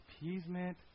Appeasement